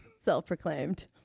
Self-proclaimed